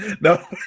No